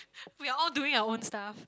we all doing our own stuff